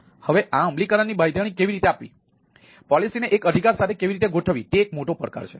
હવે આ અમલીકરણની બાંયધરી કેવી રીતે આપવી પોલિસીને એક અધિકાર સાથે કેવી રીતે ગોઠવવી તે અંગે એક મોટો પડકાર છે